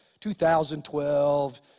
2012